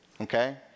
okay